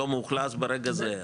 מאוכלס ברגע זה.